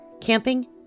camping